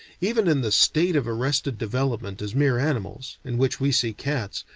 even in the state of arrested development as mere animals, in which we see cats,